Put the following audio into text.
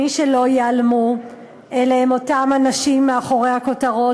מי שלא ייעלמו אלה הם אותם אנשים שמאחורי הכותרות,